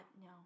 no